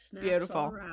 Beautiful